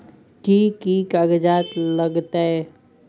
कि कि कागजात लागतै?